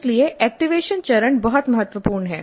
इसलिए एक्टिवेशन चरण बहुत महत्वपूर्ण है